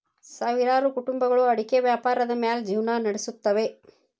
ಸಾವಿರಾರು ಕುಟುಂಬಗಳು ಅಡಿಕೆ ವ್ಯಾಪಾರದ ಮ್ಯಾಲ್ ಜಿವ್ನಾ ನಡಸುತ್ತವೆ